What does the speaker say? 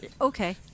Okay